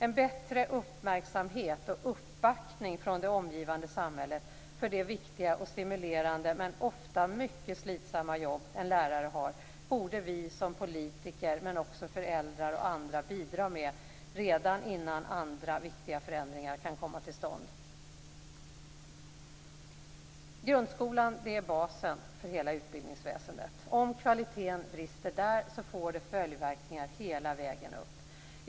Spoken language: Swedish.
En bättre uppmärksamhet och uppbackning från det omgivande samhället för det viktiga och stimulerande men ofta mycket slitsamma jobb en lärare har borde vi som politiker, men också föräldrar och andra, bidra med redan innan andra viktiga förändringar kan komma till stånd. Grundskolan är basen för hela utbildningsväsendet. Om kvaliteten brister där får det följdverkningar hela vägen upp.